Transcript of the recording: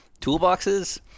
toolboxes